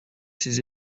ces